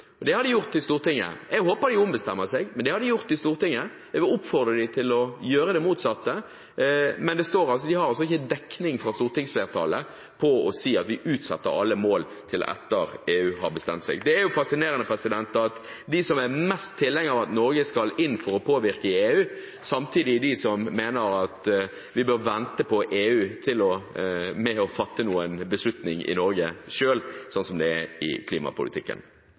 det har de gjort i Stortinget. Jeg håper de ombestemmer seg, men dette har de gjort i Stortinget. Jeg vil oppfordre dem til å gjøre det motsatte, men de har altså ikke dekning fra stortingsflertallet for å si at vi utsetter alle mål til etter at EU har bestemt seg. Det er fascinerende at de som er mest tilhengere av at Norge skal inn for å påvirke EU, samtidig er de som mener at vi bør vente på EU med å fatte beslutning i Norge – slik som det er i klimapolitikken.